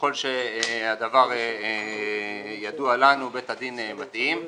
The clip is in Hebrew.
ככל שהדבר ידוע לנו בית הדין מתאים.